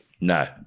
No